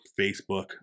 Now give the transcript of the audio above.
Facebook